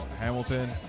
hamilton